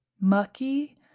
Mucky